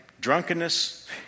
drunkenness